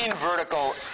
vertical